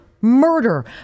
murder